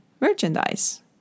merchandise